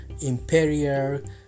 Imperial